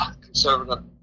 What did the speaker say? conservative